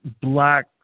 black